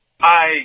Hi